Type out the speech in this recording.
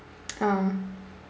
ah